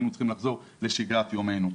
היינו צריכים לחזור לשגרת יומנו.